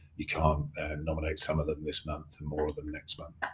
you can nominate some of them this month and more of them next month.